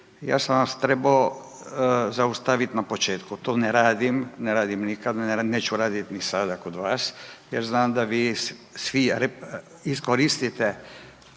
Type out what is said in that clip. ja sam vas trebao zaustaviti na početku. To ne radim, ne radim nikad, neću radit ni sada kod vas jer znam da vi svi iskoristite